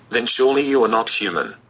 then surely you are not human.